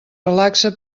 relaxa